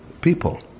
people